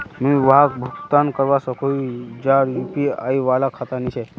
मुई वहाक भुगतान करवा सकोहो ही जहार यु.पी.आई वाला खाता नी छे?